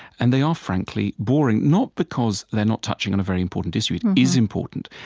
and they are, frankly, boring, not because they're not touching on a very important issue it and is important.